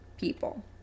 people